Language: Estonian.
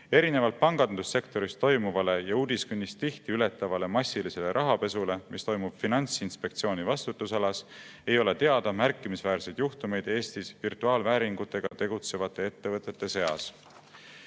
Erinevalt pangandussektoris toimuvast ja uudiskünnist tihti ületavast massilisest rahapesust, mis toimub Finantsinspektsiooni vastutusalas, ei ole teada märkimisväärseid juhtumeid Eestis virtuaalvääringutega tegelevate ettevõtete seas.